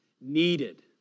needed